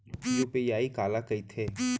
UPI काला कहिथे?